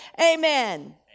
amen